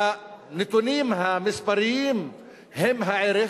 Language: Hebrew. הנתונים המספריים הם הערך,